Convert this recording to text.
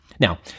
Now